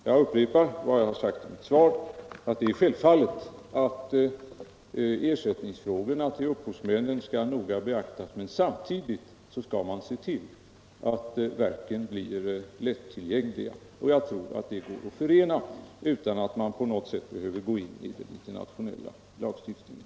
Jag upprepar vad jag har sagt i mitt svar att det är självklart att ersättningsfrågorna till upphovsmännen noga skall beaktas, men samtidigt skall man se till att verken blir lättillgängliga. Jag tror att dessa båda strävanden går att förena utan att man på något sätt behöver gå in i den internationella lagstiftningen.